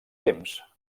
temps